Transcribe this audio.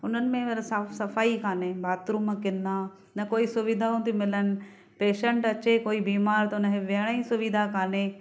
उन्हनि में वरी साफ़ सफ़ाई कान्हे बाथरूम किना न कोई सुविधाऊं थियूं मिलनि पेशेंट अचे कोई बीमार त उनखे वेहणु ई सुविधा कान्हे